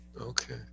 okay